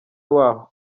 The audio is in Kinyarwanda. waho